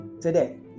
today